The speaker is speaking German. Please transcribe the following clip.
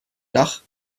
dach